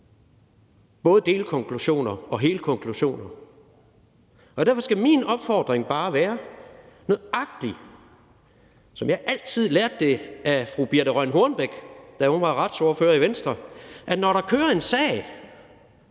både delkonklusioner og helkonklusioner. Derfor skal min opfordring bare være nøjagtig det, som jeg altid lærte af fru Birthe Rønn Hornbech, da hun var retsordfører i Venstre, at når der kører en sag